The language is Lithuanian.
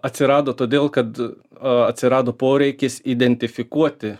atsirado todėl kad atsirado poreikis identifikuoti